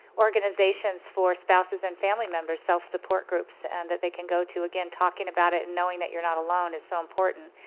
organizations for spouses and family members self-support groups and that they can go to and talking about it and knowing that you're not alone is so important.